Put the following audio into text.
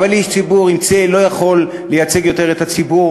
אבל איש ציבור עם צל לא יכול לייצג יותר את הציבור,